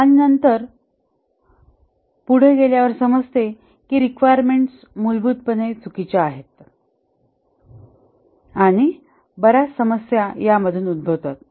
आणि नंतर पुढे गेल्यावर समजते कि रिक्वायरमेंट्स मूलभूतपणे चुकीच्या आहेत आणि बर्याच समस्या यामधून उद्भवतात